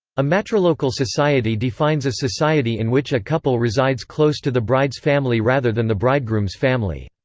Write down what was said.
a matrilocal society defines a society in which a couple resides close to the bride's family rather than the bridegroom's family.